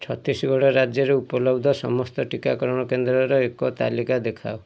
ଛତିଶଗଡ଼ ରାଜ୍ୟରେ ଉପଲବ୍ଧ ସମସ୍ତ ଟିକାକରଣ କେନ୍ଦ୍ରର ଏକ ତାଲିକା ଦେଖାଅ